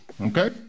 Okay